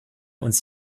uns